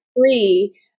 three